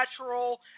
natural